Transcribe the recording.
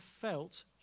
felt